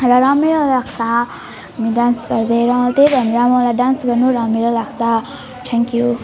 र रमाइलो लाग्छ हामी डान्स गर्दै र त्यही भनेर मलाई डान्स गर्नु रमाइलो लाग्छ थ्याङ्क यु